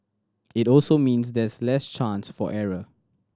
it also means there's less chance for error